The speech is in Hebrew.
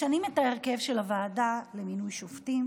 משנים את ההרכב של הוועדה למינוי שופטים